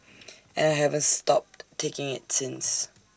and I haven't stopped taking IT since